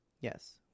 yes